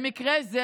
במקרה זה,